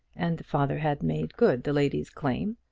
and the father had made good the lady's claim,